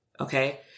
okay